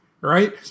right